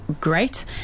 great